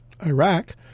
Iraq